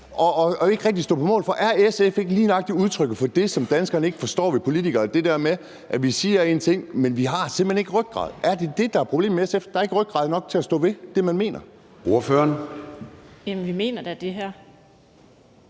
og ikke rigtig står på mål for det? Er SF ikke lige nøjagtig udtryk for det, som danskerne ikke forstår ved politikere, altså det med, at vi siger en ting, men vi har simpelt hen ikke rygrad? Er det det, der er problemet med SF, altså at der ikke er rygrad nok til at stå ved det, man mener? Kl. 10:50 Formanden (Søren Gade):